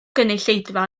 gynulleidfa